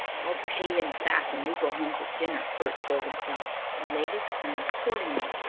i'll pay him back when we go home to dinner, bert told himself, and laid his plans accordingly.